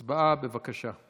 הצבעה, בבקשה.